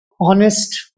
honest